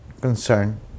concern